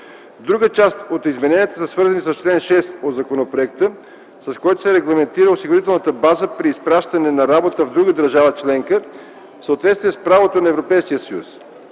Друга част от измененията са свързани с чл. 6 от законопроекта, с който се регламентира осигурителната база при изпращане на работа в друга държава членка, в съответствие с правото на Европейския съюз.